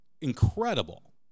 incredible